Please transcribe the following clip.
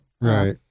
Right